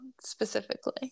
specifically